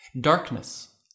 Darkness